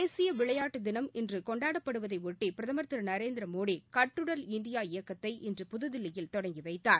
தேசிய விளையாட்டுத் தினம் இன்று கொண்டாடப்படுவதையொட்டி பிரதமர் திரு நரேந்திரமோடி கட்டுடல் இந்தியா இயக்கத்தை இன்று புதுதில்லியில் தொடங்கி வைத்தார்